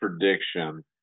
prediction